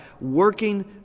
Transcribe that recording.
working